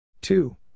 Two